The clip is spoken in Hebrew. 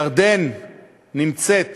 ירדן נמצאת